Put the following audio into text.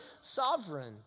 sovereign